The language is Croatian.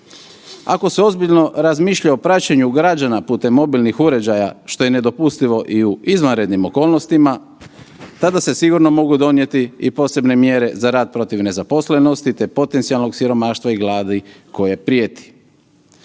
ako se ozbiljno razmišlja o praćenju građana putem mobilnih uređaja što je nedopustivo i u izvanrednim okolnostima tada se sigurno mogu donijeti i posebne mjere za rat protiv nezaposlenosti te potencijalnog siromaštva i gladi koje prijeti.